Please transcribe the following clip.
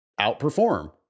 outperform